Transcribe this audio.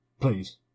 Please